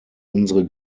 unsere